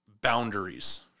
boundaries